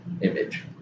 image